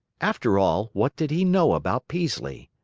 after all, what did he know about peaslee?